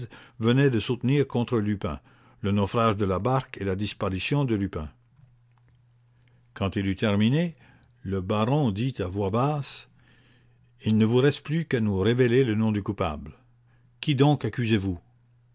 venait de soutenir contre lupin le naufrage de la barque et la disparition de lupin quand il eut terminé le baron dit à voix basse il ne vous reste plus qu'à nous révéler le nom du coupable qui donc